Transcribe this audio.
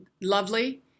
lovely